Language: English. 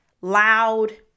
loud